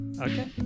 Okay